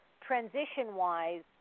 transition-wise